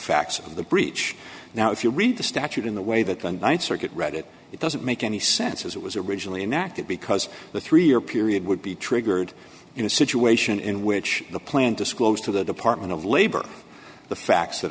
facts of the breach now if you read the statute in the way that the th circuit read it it doesn't make any sense as it was originally an act that because the three year period would be triggered in a situation in which the plant disclosed to the department of labor the facts that